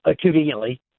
Conveniently